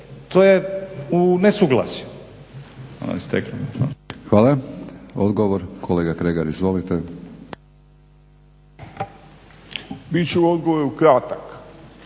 To je u nesuglasju.